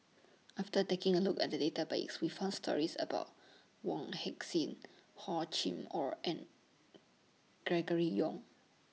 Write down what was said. after taking A Look At The Database We found stories about Wong Heck Sing Hor Chim Or and Gregory Yong